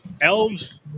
Elves